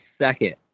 second